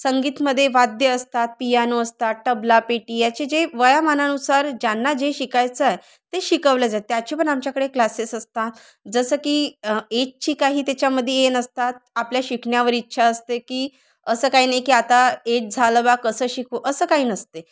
संगीतमध्ये वाद्य असतात पियानो असतात तबलापेटी याचे जे वयाेमानानुसार ज्यांना जे शिकायचं आहे ते शिकवले जाते त्याचे पण आमच्याकडे क्लासेस असतात जसं की एजची काही त्याच्यामध्ये हे नसतात आपल्या शिकण्यावर इच्छा असते की असं काही नाही की आता एज झालं बा कसं शिकू असं काही नसते